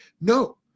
No